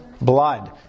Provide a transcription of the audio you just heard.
blood